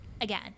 again